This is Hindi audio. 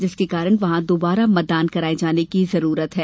जिसके कारण वहां दोबारा मतदान कराये जाने की जरूरत है